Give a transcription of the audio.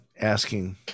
asking